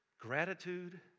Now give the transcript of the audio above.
Gratitude